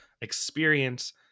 experience